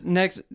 next